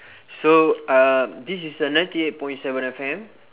so uh this is a ninety eight point seven F_M